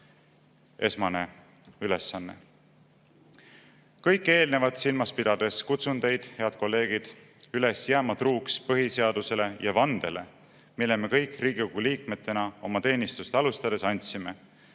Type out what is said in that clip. esmane ülesanne. Kõike eelnevat silmas pidades kutsun teid, head kolleegid, üles jääma truuks põhiseadusele ja vandele, mille me kõik Riigikogu liikmetena oma teenistust alustades andsime,